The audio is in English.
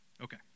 Okay